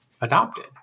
adopted